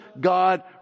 God